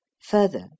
Further